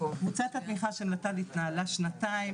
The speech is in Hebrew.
קבוצת התמיכה של נט"ל התנהלה שנתיים,